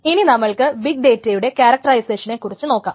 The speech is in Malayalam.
ഇനി നമ്മൾക്ക് ബിഗ് ഡേറ്റയുടെ ക്യാരക്ടറൈസേഷനെ കുറിച്ച് നോക്കാം